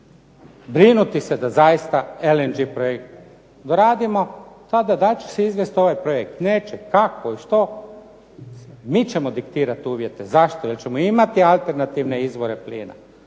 brinuti se da zaista LNG projekt doradimo, tada da li će izvesti ovaj projekt, neće, kako ili što, mi ćemo diktirati uvjete zašto jer ćemo imati alternativne izvore plina,